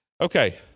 Okay